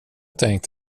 tänkt